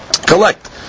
collect